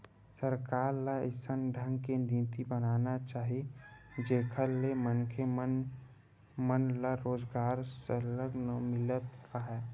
सरकार ल अइसन ढंग के नीति बनाना चाही जेखर ले मनखे मन मन ल रोजगार सरलग मिलत राहय